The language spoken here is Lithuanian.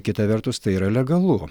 kita vertus tai yra legalu